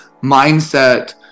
mindset